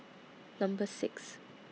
Number six